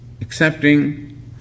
accepting